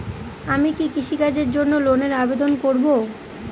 আমি কি কৃষিকাজের জন্য লোনের আবেদন করব?